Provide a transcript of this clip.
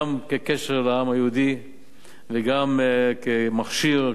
גם כקשר לעם היהודי וגם כמכשיר,